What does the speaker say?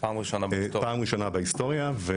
פעם ראשונה בהיסטוריה.